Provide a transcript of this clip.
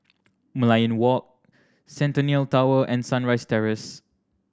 Merlion Walk Centennial Tower and Sunrise Terrace